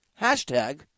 Hashtag